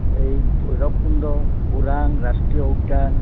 এই ভৈৰৱ কুণ্ড ওৰাং ৰাষ্ট্ৰীয় উদ্যান